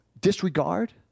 disregard